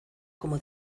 como